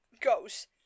goes